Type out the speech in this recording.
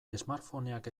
smartphoneak